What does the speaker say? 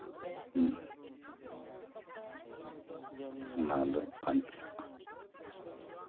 ᱦᱮᱸ ᱚᱱᱟᱫᱚ ᱵᱟᱧᱪᱟᱜᱼᱟ